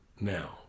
now